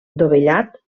dovellat